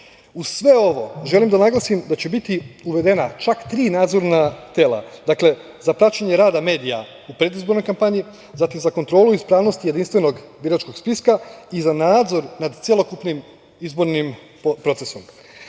sve ovo, želim da naglasim da će biti uvedena čak tri nadzorna tela, dakle, za praćenje rada medija u predizbornoj kampanji, zatim, za kontrolu ispravnosti jedinstvenog biračkog spiska i za nadzor nad celokupnim izbornim procesom,